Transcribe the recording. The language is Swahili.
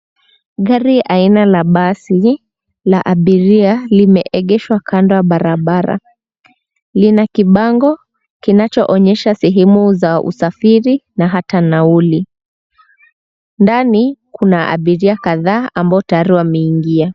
Gari aina la basi la abiria limeegeshwa kando ya barabara. Lina kibango kinachoonyesha sehemu za usafiri na hata nauli. Ndani kuna abiria kadhaa ambao tayari wameingia.